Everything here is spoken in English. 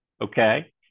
Okay